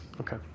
Okay